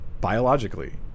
biologically